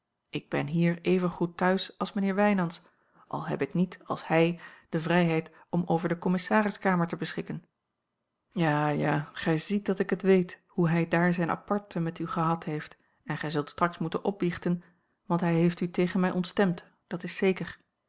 ik ben hier evengoed thuis als mijnheer wijnands al heb ik niet als hij de vrijheid om over de commissariskamer te beschikken ja ja gij ziet dat ik het weet hoe hij daar zijne aparte met u gehad heeft en gij zult straks moeten opbiechten want hij heeft u tegen mij ontstemd dat is zeker